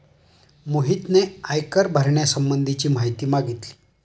मोहितने आयकर भरण्यासंबंधीची माहिती मागितली